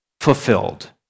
fulfilled